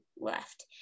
left